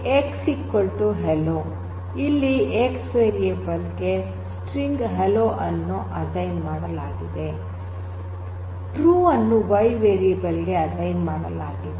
X hello ಇಲ್ಲಿ X variable ಗೆ string hello ಅನ್ನು ಅಸೈನ್ ಮಾಡಲಾಗಿದೆ ಟ್ರೂ ಅನ್ನು Y ವೇರಿಯಬಲ್ ಗೆ ಅಸೈನ್ ಮಾಡಲಾಗಿದೆ